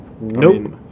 nope